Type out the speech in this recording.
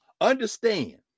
Understand